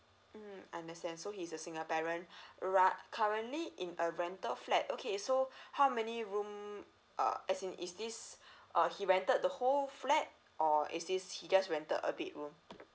mm I understand so he's a single parent right currently in a rental flat okay so how many room err as in is this err he rented the whole flat or is this he just rented a big room